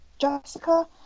Jessica